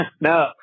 No